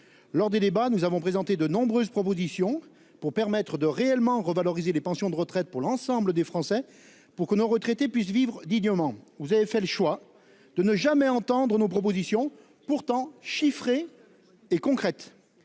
lors des débats. Nous avons présenté de nombreuses propositions pour permettre de réellement revaloriser les pensions de retraite pour l'ensemble des Français pour que nos retraités puissent vivre dignement. Vous avez fait le choix de ne jamais entendre nos propositions pourtant chiffrée. Et concrète.